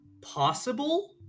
possible